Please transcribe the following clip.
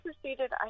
proceeded